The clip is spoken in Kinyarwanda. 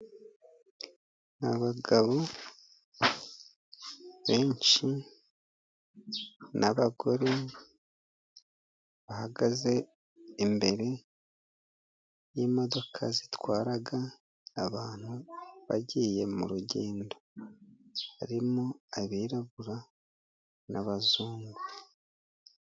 Abagabo benshi n'abagore, bahagaze imbere y'imodoka zitwara abantu bagiye mu rugendo. Harimo abirabura n'abazungu.